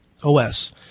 OS